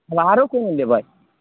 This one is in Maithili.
अब आरो कोनो लेबै